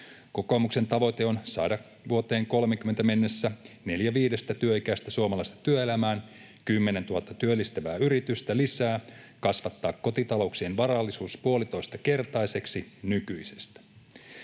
Kokoomuksen tavoite on saada vuoteen 30 mennessä neljä viidestä työikäisestä suomalaisesta työelämään ja 10 000 työllistävää yritystä lisää sekä kasvattaa kotitalouksien varallisuus puolitoistakertaiseksi nykyisestä.